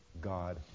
God